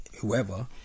whoever